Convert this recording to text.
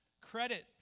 credit